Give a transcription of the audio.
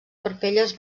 parpelles